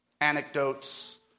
anecdotes